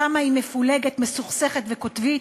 כמה היא מפולגת, מסוכסכת וקוטבית?